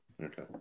Okay